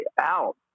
out